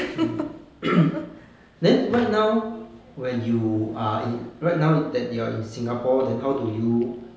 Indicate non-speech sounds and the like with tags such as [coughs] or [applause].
mm [coughs] then right now when you are in right now that you are in singapore then how do you